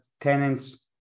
tenants